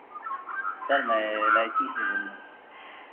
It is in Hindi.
सर मैं एल आई सी से बोल रहा हूँ